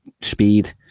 speed